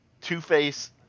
Two-Face